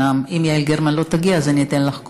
אם יעל גרמן לא תגיע, אז אני אתן לך קודם.